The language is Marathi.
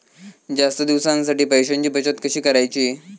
जास्त दिवसांसाठी पैशांची बचत कशी करायची?